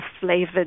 flavored